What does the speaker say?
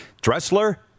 Dressler